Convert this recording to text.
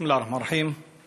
בסם אללה א-רחמאן א-רחים.